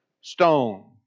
stone